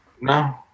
No